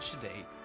today